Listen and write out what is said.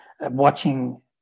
watching